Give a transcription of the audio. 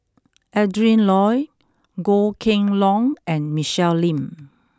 Adrin Loi Goh Kheng Long and Michelle Lim